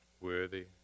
worthy